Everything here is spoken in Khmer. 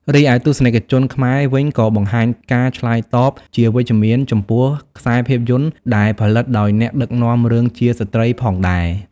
រីឯទស្សនិកជនខ្មែរវិញក៏បង្ហាញការឆ្លើយតបជាវិជ្ជមានចំពោះខ្សែភាពយន្តដែលផលិតដោយអ្នកដឹកនាំរឿងជាស្ត្រីផងដែរ។